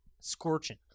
Scorching